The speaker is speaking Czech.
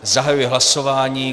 Zahajuji hlasování.